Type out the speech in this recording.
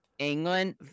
England